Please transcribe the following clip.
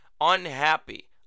unhappy